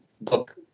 book